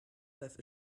have